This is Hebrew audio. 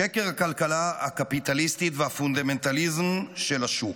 שקר הכלכלה הקפיטליסטית והפונדמנטליזם של השוק.